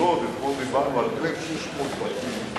בלוד אתמול דיברנו על 1,600 בתים.